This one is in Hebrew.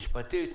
משפטית,